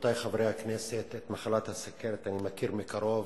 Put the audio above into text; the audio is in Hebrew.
רבותי חברי הכנסת, את מחלת הסוכרת אני מכיר מקרוב.